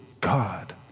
God